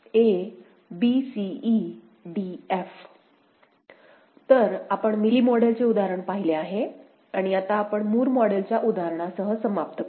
P तर आपण Mealy मॉडेलचे उदाहरण पाहिले आहे आणि आता आपण मूर मॉडेलच्या उदाहरणासह समाप्त करू